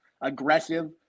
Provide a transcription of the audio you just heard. aggressive